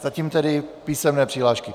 Zatím tedy písemné přihlášky.